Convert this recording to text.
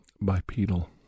bipedal